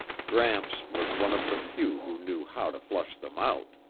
gramps was one of the few who knew how to flush them out.